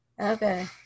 Okay